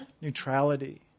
neutrality